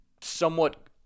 somewhat